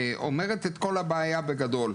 שאומרת את כל הבעיה בגדול,